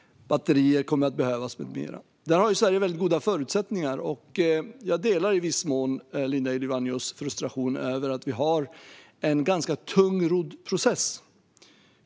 Batterier med mera kommer att behövas, och där har Sverige goda förutsättningar. Jag delar i viss mån Linda Ylivainios frustration över att vi har en ganska tungrodd process.